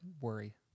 worry